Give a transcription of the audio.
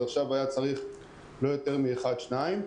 עכשיו צריך לא יותר מאחד או שניים.